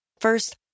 First